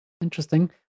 interesting